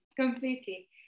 completely